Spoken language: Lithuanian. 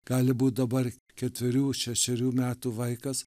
gali būt dabar ketverių šešerių metų vaikas